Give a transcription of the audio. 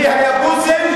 מי אלה היבוסים?